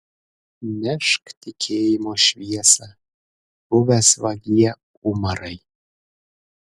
nešk tikėjimo šviesą buvęs vagie umarai